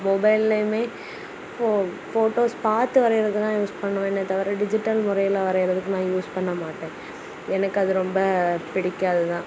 மொபைல்லயுமே ஃபோ ஃபோட்டோஸ் பார்த்து வரைகிறத தான் யூஸ் பண்ணுவேனே தவிர டிஜிட்டல் முறையில் வரைகிறதுக்கு நான் யூஸ் பண்ணமாட்டேன் எனக்கு அது ரொம்ப பிடிக்காதுதான்